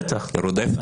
בטח.